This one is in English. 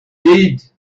did